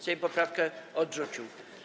Sejm poprawkę odrzucił.